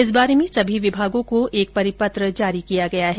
इस बारे में सभी विभागों को एक परिपत्र जारी किया गया है